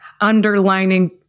underlining